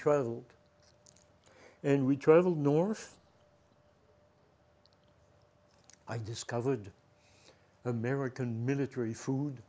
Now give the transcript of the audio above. traveled and we traveled north i discovered american military food